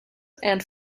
and